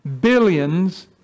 billions